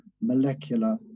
molecular